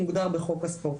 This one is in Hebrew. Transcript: מוגדר בחוק הספורט,